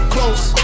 Close